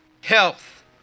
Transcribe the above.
Health